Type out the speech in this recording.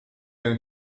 going